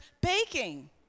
baking